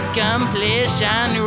completion